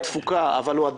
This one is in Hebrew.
אנחנו כן